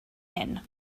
hyn